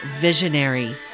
visionary